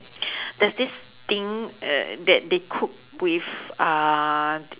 there's this thing uh that they cook with uh